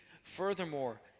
furthermore